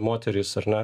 moterys ar ne